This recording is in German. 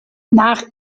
nach